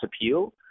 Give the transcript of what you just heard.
appeal